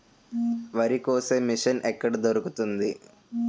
వరి కోసే మిషన్ ఎక్కడ దొరుకుతుంది?